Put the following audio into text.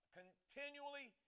continually